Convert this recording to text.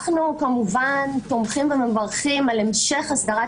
אנחנו כמובן תומכים ומברכים על המשך הסדרת